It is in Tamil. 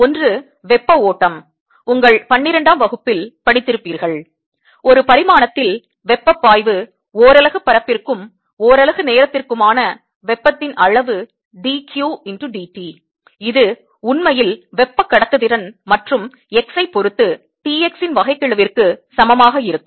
ஒன்று வெப்ப ஓட்டம் உங்கள் 12ஆம் வகுப்பில் படித்திருப்பீர்கள் ஒரு பரிமாணத்தில் வெப்பப் பாய்வு ஓரலகுப் பரப்பிற்கும் ஓரலகு நேரத்திற்குமான வெப்பத்தின் அளவு d Q d t இது உண்மையில் வெப்பக் கடத்துத்திறன் மற்றும் x ஐப் பொறுத்து T x இன் வகைக்கெழுவிற்கு சமமாக இருக்கும்